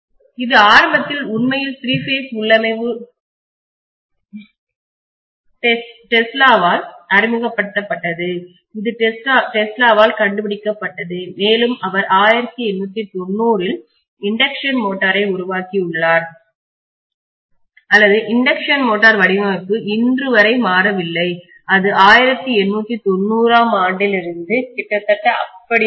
இது ஆரம்பத்தில் உண்மையில் திரி பேஸ் உள்ளமைவு டெஸ்லாவால் அறிமுகப்படுத்தப்பட்டது இது டெஸ்லாவால் கண்டுபிடிக்கப்பட்டது மேலும் அவர் 1890 இல் இண்டக்ஷன்தூண்டல் மோட்டாரை உருவாக்கியுள்ளார் அல்லது இண்டக்ஷன்தூண்டல் மோட்டார் வடிவமைப்பு இன்று வரை மாறவில்லை அது 1890 ஆம் ஆண்டிலிருந்து கிட்டத்தட்ட அப்படியே உள்ளது